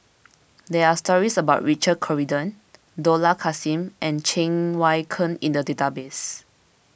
there are stories about Richard Corridon Dollah Kassim and Cheng Wai Keung in the database